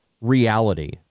reality –